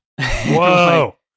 Whoa